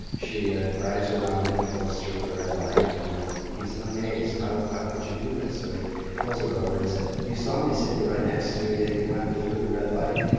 she ah drives around him and goes through the red light and he's amazed how how could you do this? so he pulls her over and he said, you saw me sitting right next to you yet you went through the red light.